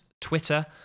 Twitter